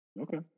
Okay